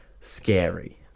scary